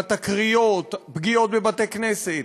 התקריות: פגיעות בבתי-כנסת,